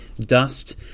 dust